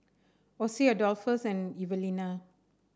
Ossie Adolphus and Evelena